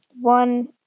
One